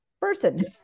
person